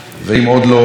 ואם עוד לא הבנתם,